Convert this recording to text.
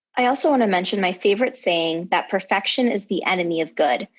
i also want to mention my favorite saying that perfection is the enemy of good.